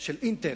של "אינטל"